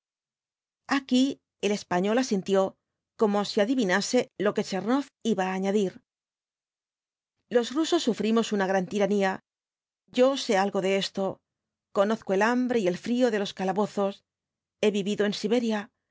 aquí el español asintió como si adivinase lo que tchernoff iba á añadir los rusos sufrimos una gran tiranía yo sé algo de esto conozco el hambre y el frío de los calabozos he vivido en siberia